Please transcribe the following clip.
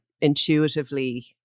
intuitively